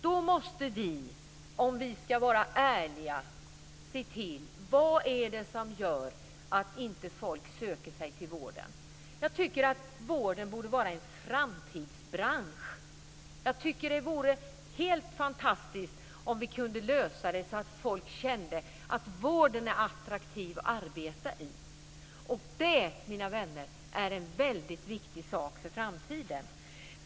Då måste vi, om vi ska vara ärliga, se till frågan: Vad är det som gör att folk inte söker sig till vården? Jag tycker att vården borde vara en framtidsbransch. Jag tycker att det vore helt fantastiskt om vi kunde lösa det så att folk kände att vården är attraktiv att arbeta inom. Det, mina vänner, är en väldigt viktig sak inför framtiden.